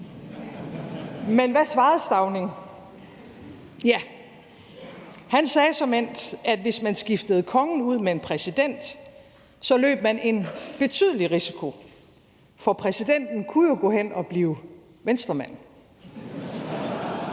Men hvad svarede Stauning? Ja, han sagde såmænd, at hvis man skiftede kongen ud med en præsident, så løb man en betydelig risiko, for præsidenten kunne jo gå hen og blive … Venstremand.